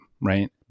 right